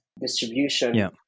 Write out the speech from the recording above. distribution